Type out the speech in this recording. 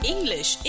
English